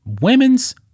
women's